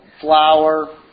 flour